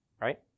Right